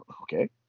Okay